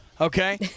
okay